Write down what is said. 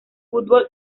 fútbol